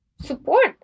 support